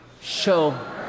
Show